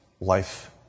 life